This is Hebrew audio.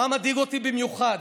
מה מדאיג אותי במיוחד?